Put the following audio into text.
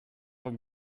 vom